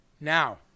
Now